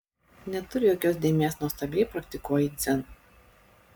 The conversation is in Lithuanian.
neturi jokios dėmės nuostabiai praktikuoji dzen